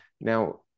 now